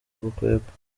gukwepa